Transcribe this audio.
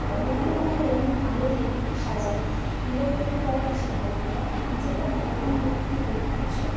ও বিভিন্ন ধরনের রঙিন আলো দিয়ে সাজায় দীপাবলির পরে আসে ভাইফোঁটা যেটা ভাইবোনদের একটি প্রধান উৎসব